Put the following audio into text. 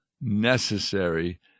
necessary